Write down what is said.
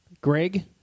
Greg